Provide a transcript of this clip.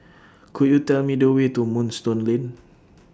Could YOU Tell Me The Way to Moonstone Lane